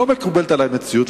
לא מקובלת עלי המציאות,